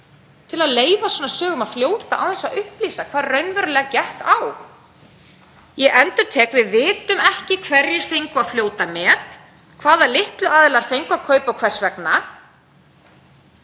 til að leyfa svona sögum að fljóta án þess að upplýsa hvað raunverulega gekk á. Ég endurtek: Við vitum ekki hverjir fengu að fljóta með, hvaða litlu aðilar fengu að kaupa og hvers vegna.